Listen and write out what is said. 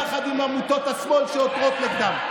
יחד עם עמותות השמאל שעותרות נגדם,